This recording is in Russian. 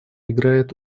играет